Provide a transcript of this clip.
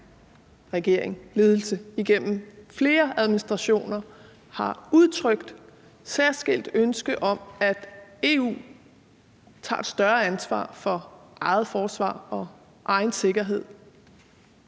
regeringer og ledelser igennem flere administrationer har udtrykt særskilt ønske om, at EU tager større ansvar for eget forsvar og egen sikkerhed.